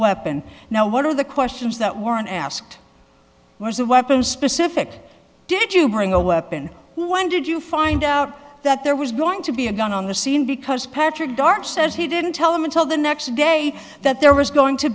weapon now what are the questions that warren asked was the weapon specific did you bring a weapon when did you find out that there was going to be a gun on the scene because patrick dart says he didn't tell them until the next day that there was going to